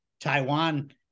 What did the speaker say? Taiwan